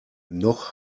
noch